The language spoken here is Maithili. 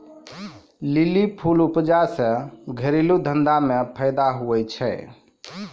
लीली फूल उपजा से घरेलू धंधा मे फैदा हुवै छै